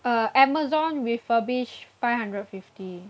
uh Amazon refurbished five hundred fifty